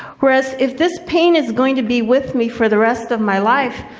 whereas if this pain is going to be with me for the rest of my life,